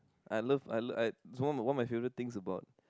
I love I I it's one of my favorite things about